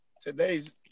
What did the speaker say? today's